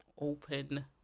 open